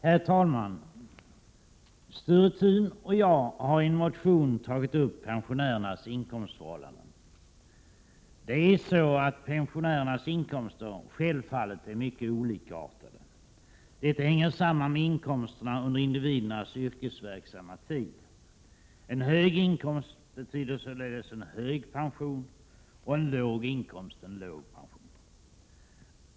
Herr talman! Sture Thun och jag har i en motion tagit upp pensionärernas inkomstförhållanden. Det är så, att pensionärernas inkomster självfallet är mycket olikartade. Detta hänger samman med inkomsterna under individernas yrkesverksamma tid. En hög inkomst betyder således en hög pension och en låg inkomst en låg pension.